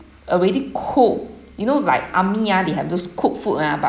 already cooked you know like army ah they have those cooked food ah but